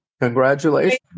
Congratulations